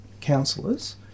councillors